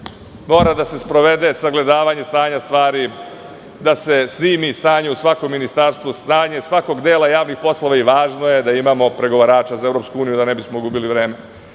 mora da se sprovede sagledavanje stanja stvari, da se snimi stanje u svakom ministarstvu, stanje svakog dela javnih poslova i važno je da imamo pregovorača za EU, da ne bismo gubili vreme.